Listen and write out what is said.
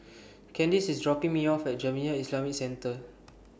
Candice IS dropping Me off At Jamiyah Islamic Centre